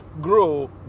grow